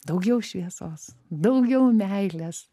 daugiau šviesos daugiau meilės